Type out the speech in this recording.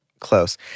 close